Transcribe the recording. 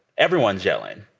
everyone's yelling.